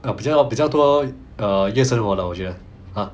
ah 比较多比较多 err 夜生活 ah 我觉得